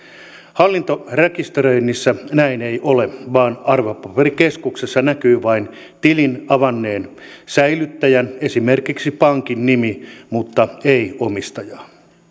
hallintarekisteröinnissä näin ei ole vaan arvopaperikeskuksessa näkyy vain tilin avanneen säilyttäjän esimerkiksi pankin nimi mutta ei omistajaa